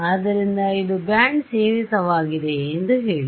ಆದ್ದರಿಂದ ಇದು ಬ್ಯಾಂಡ್ ಸೀಮಿತವಾಗಿದೆ ಎಂದು ಹೇಳಿ